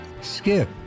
Skip